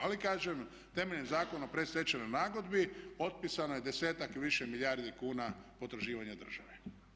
Ali kažem temeljem Zakona o predstečajnoj nagodbi otpisano je desetak i više milijardi kuna potraživanja države.